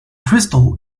crystal